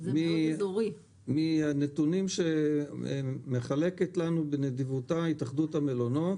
מן הנתונים שמחלקת לנו בנדיבותה התאחדות המלונות